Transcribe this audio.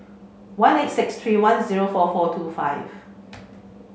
one eight six three one zero four four two five